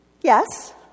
yes